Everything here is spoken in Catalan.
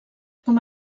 com